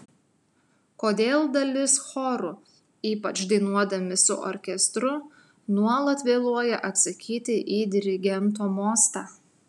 kodėl dalis chorų ypač dainuodami su orkestru nuolat vėluoja atsakyti į dirigento mostą